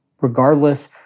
Regardless